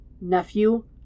nephew